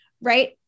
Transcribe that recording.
right